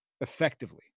effectively